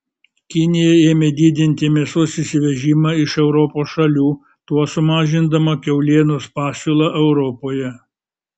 kinija ėmė didinti mėsos įsivežimą iš europos šalių tuo sumažindama kiaulienos pasiūlą europoje